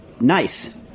nice